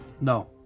No